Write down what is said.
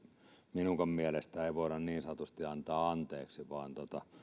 minunkaan mielestäni voida niin sanotusti antaa anteeksi vaan